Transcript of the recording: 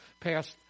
passed